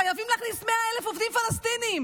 חייבים להכניס 100,000 עובדים פלסטינים,